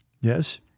Yes